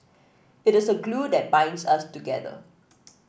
it is a glue that binds us together